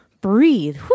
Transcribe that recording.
breathe